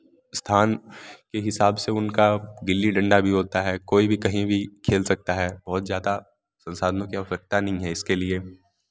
स्थान के हिसाब से उनका गिल्ली डंडा भी होता है कोई भी कहीं भी खेल सकता है बहुत ज़्यादा संसाधनों की आवश्यकता नहीं हैं इसके लिए